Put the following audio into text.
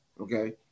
Okay